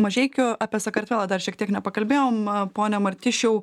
mažeikiu apie sakartvelą dar šiek tiek nepakalbėjom pone martišiau